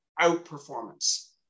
outperformance